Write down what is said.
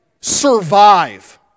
survive